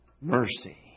mercy